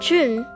June